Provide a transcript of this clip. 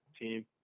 team